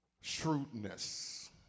Shrewdness